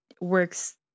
works